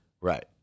Right